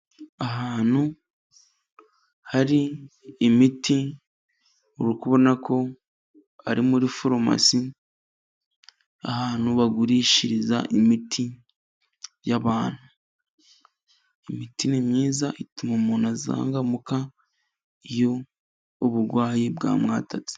Ahantu hari imiti uri kubona ko ari muri farumasi, ahantu bagurishiriza imiti y'abantu, imiti ni myiza ituma umuntu azanzamuka iyo uburwayi bwamwatatse.